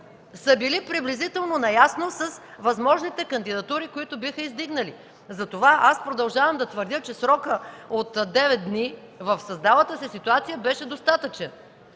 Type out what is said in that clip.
са били приблизително наясно с възможните кандидатури, които биха издигнали. Затова продължавам да твърдя, че в създалата се ситуация срокът